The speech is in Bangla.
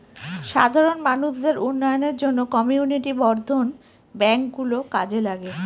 সাধারণ মানুষদের উন্নয়নের জন্য কমিউনিটি বর্ধন ব্যাঙ্ক গুলো কাজে লাগে